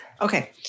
Okay